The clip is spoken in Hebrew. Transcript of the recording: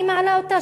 אני מעלה אותה,